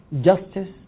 justice